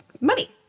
money